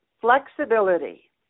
flexibility